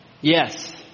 Yes